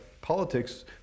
Politics